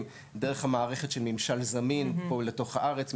דרך המערכת של ממשל זמין פה לתוך הארץ.